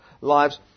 lives